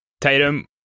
Tatum